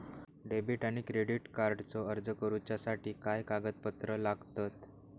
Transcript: Debit आणि credit कार्डचो अर्ज करुच्यासाठी काय कागदपत्र लागतत?